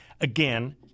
Again